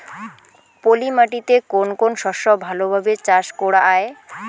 পলি মাটিতে কোন কোন শস্য ভালোভাবে চাষ করা য়ায়?